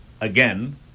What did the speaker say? again